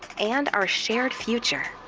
and our shared future,